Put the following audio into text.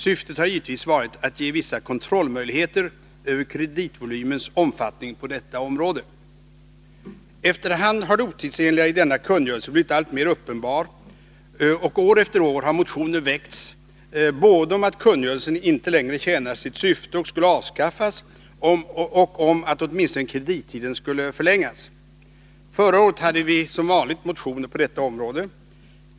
Syftet har givetvis varit att ge vissa kontrollmöjligheter över kreditvolymens omfattning på detta område. Efter hand har det otidsenliga i denna kungörelse blivit alltmer uppenbart, och år efter år har motioner väckts om att kungörelsen icke längre tjänar sitt syfte och borde avskaffas och om att kredittiden åtminstone borde förlängas. Förra året hade vi som vanligt motioner på detta område.